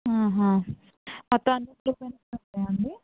మొత్తం అన్నీ blue pens ఉంటాయా అండి